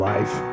Life